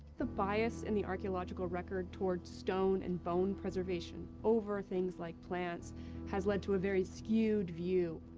the bias in the archeological record towards stone and bone preservation over things like plants has led to a very skewed view.